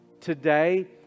Today